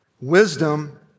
wisdom